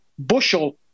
Bushel